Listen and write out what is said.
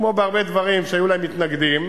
כמו בהרבה דברים שהיו להם מתנגדים,